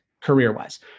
career-wise